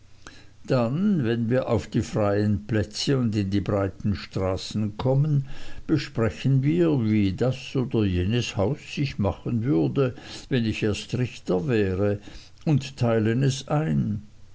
dann wenn wir auf die freien plätze und in die breiten straßen kommen besprechen wir wie das oder jenes haus sich machen würde wenn ich erst richter wäre und teilen es ein